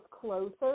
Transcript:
closer